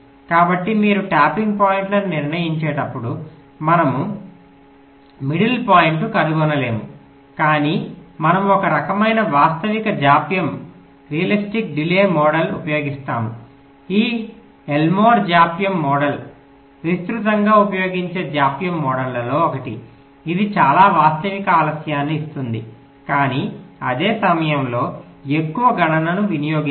కాబట్టి మీరు ట్యాపింగ్ పాయింట్లను నిర్ణయించేటప్పుడు మనము మిడిల్ పాయింట్ను కనుగొనలేము కాని మనము ఒక రకమైన వాస్తవిక జాప్యం మోడల్ను ఉపయోగిస్తాము ఈ ఎల్మోర్ జాప్యం మోడల్ విస్తృతంగా ఉపయోగించే జాప్యం మోడళ్లలో ఒకటి ఇది చాలా వాస్తవిక ఆలస్యాన్ని ఇస్తుంది కానీ అదే సమయంలో ఎక్కువ గణనను వినియోగించదు